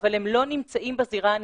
אבל הם לא נמצאים בזירה הנכונה.